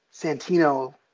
Santino